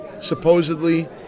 supposedly